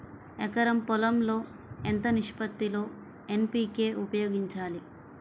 ఎకరం పొలం లో ఎంత నిష్పత్తి లో ఎన్.పీ.కే ఉపయోగించాలి?